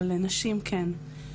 אבל לנשים כן.